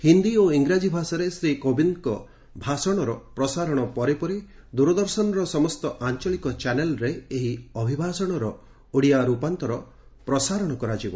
ହିନ୍ଦୀ ଓ ଇଂରାଜୀ ଭାଷାରେ ଶ୍ରୀ କୋବିନ୍ଦଙ୍କ ଭାଷଣର ପ୍ରସାରଣ ପରେ ପରେ ଦୂରଦର୍ଶନର ସମସ୍ତ ଆଂଚଳିକ ଚାନେଲରେ ଏହି ଅଭିଭାଷଣର ଓଡିଆ ରୂପାନ୍ତର ପ୍ରସାରଣ କରାଯିବ